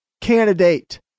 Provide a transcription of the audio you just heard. candidate